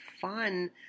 fun